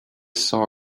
saw